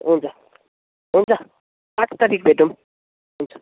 हुन्छ हुन्छ पाँच तारिख भेटौँ हुन्छ